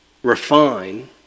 refine